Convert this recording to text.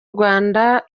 rwanda